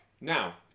now